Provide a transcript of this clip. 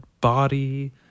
body